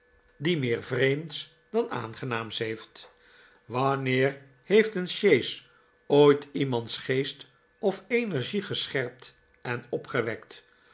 die meer vreemds dan aangenaams heeft wanneer heeft een sjees ooit iemands geest of energie gescherpt en opgewekt